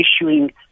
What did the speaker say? issuing